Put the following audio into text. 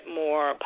more